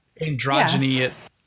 androgyny